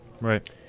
Right